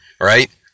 right